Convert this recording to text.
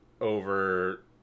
over